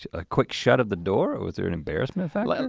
a quick shut of the door, was there an embarrassment factor? and